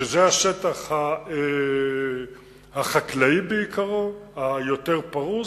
שזה השטח החקלאי בעיקרו, היותר פרוס,